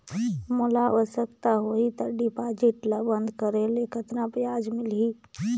मोला आवश्यकता होही त डिपॉजिट ल बंद करे ले कतना ब्याज मिलही?